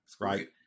Right